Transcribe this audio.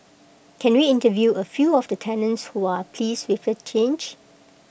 can we interview A few of the tenants who are pleased with the change